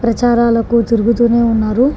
ప్రచారాలకు తిరుగుతూనే ఉన్నారు